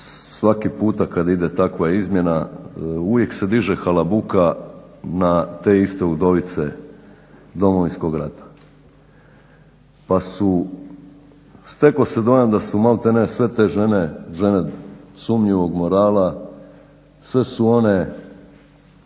svaki puta kad ide takva izmjena uvijek se diže halabuka na te iste udovice Domovinskog rata pa se stekao dojam da su malte ne sve te žene žene sumnjivog morala, sve su one